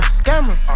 scammer